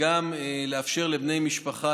וגם לאפשר לבני משפחה,